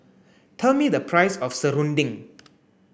tell me the price of serunding